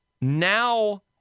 now